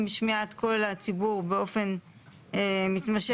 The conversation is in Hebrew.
עם שמיעת כל הציבור באופן מתמשך,